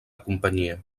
companyia